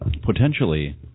Potentially